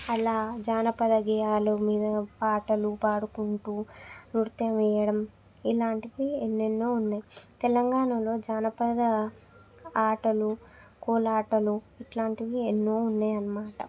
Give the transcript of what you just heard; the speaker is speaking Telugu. అలా జానపద గేయాలు మీద పాటలు పాడుకుంటూ నృత్యం వేయడం ఇలాంటివి ఎన్నెన్నో ఉన్నాయి తెలంగాణలో జానపద ఆటలు కోలాటలు ఇట్లాంటివి ఎన్నో ఉన్నాయన్నమాట